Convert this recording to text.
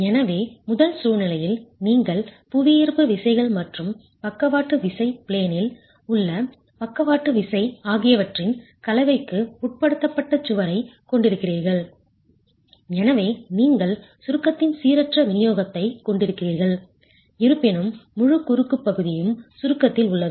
எனவே முதல் சூழ்நிலையில் நீங்கள் புவியீர்ப்பு விசைகள் மற்றும் பக்கவாட்டு விசை பிளேனில் உள்ள பக்கவாட்டு விசை ஆகியவற்றின் கலவைக்கு உட்படுத்தப்பட்ட சுவரைக் கொண்டிருக்கிறீர்கள் எனவே நீங்கள் சுருக்கத்தின் சீரற்ற விநியோகத்தைக் கொண்டிருக்கிறீர்கள் இருப்பினும் முழு குறுக்கு பகுதியும் சுருக்கத்தில் உள்ளது